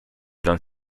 dans